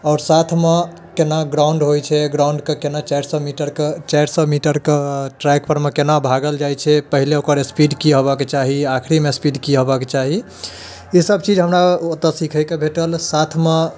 आओर साथमे केना ग्राउंड होइ छै ग्राउंडके केना चारि सए मीटरके चारि सए मीटरके ट्रैक परमे केना भागल जाइ छै पहिले ओकर स्पीड की होबऽ के चाही आखिरे मे स्पीड की हेबऽ के चाही इसब चीज हमरा ओतऽ सीखै के भेटल साथ मे